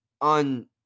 on